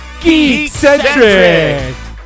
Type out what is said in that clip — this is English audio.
Geek-Centric